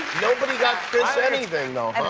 nobody got chris anything, though,